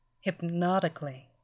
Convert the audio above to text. hypnotically